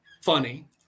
funny